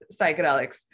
psychedelics